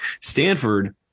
Stanford